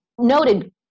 noted